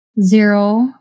Zero